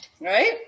Right